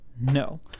No